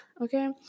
okay